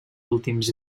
últims